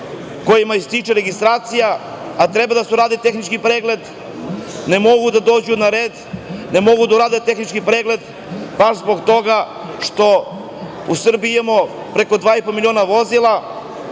dolaze u situaciju da treba da urade tehnički pregled, a ne mogu da dođu na red, ne mogu da urade tehnički pregled baš zbog toga što u Srbiji imamo preko 2,5 miliona vozila,